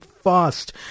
fast